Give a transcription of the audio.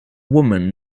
woman